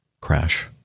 crash